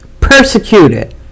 persecuted